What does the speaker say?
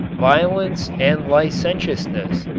violence and licentiousness.